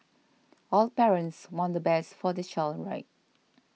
all parents want the best for the child right